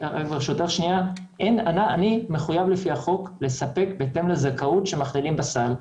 אני מחויב לפי החוק לספק בהתאם לזכאות שמכלילים בסל.